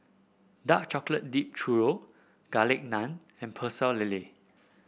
Dark Chocolate Dipped Churro Garlic Naan and Pecel Lele